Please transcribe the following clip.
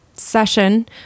Session